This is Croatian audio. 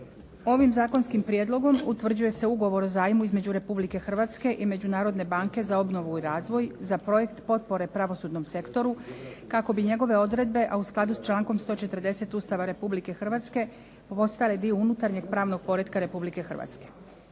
Ovim zakonskim prijedlogom utvrđuje se Ugovor o zajmu između Republike Hrvatske i Međunarodne banke za obnovu i razvoj za projekt potpore pravosudnom sektoru kako bi njegove odredbe, a u skladu sa člankom 140. Ustava Republike Hrvatske postale dio unutarnjeg pravnog poretka Republike Hrvatske.